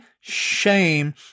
shame